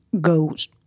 goes